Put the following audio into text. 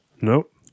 Nope